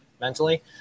mentally